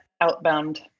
outbound